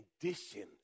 conditions